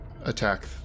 attack